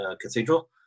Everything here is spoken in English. Cathedral